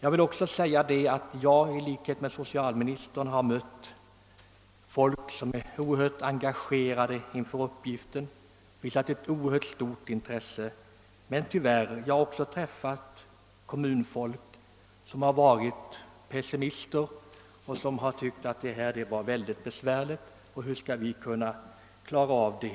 I likhet med socialministern har jag ute i kommunerna träffat människor som har varit starkt engagerade och visat mycket stort intresse för dessa uppgifter, men jag har också träffat kommunfolk som tyvärr visat stor pessimism och tyckt att detta är besvärligt och som undrat hur de skall kunna klara uppgifterna.